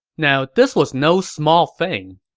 now, this was no small thing.